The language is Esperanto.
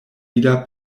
ida